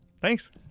Thanks